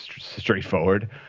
straightforward